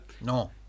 No